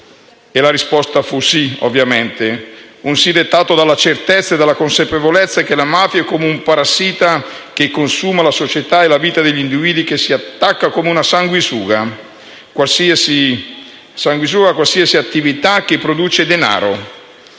la risposta fu affermativa, un sì dettato dalla certezza e dalla consapevolezza che la mafia è come un parassita che consuma la società e la vita degli individui, che si attacca come una sanguisuga a qualsiasi attività che produce denaro.